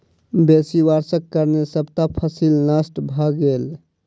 बेसी वर्षाक कारणें सबटा फसिल नष्ट भ गेल